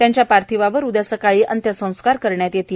त्यांच्या पार्थिवावर उद्या सकाळी अन्त्यसंस्कार करण्यात येणार आहेत